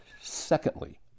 Secondly